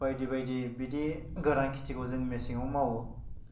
बायदि बायदि बिदि गोरान खेथिखौ जों मेसेङाव मावो